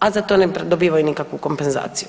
a za to ne dobivaju nikakvu kompenzaciju.